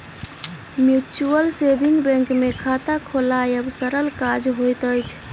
mutual saving bank मे खाता खोलायब सरल काज होइत अछि